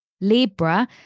Libra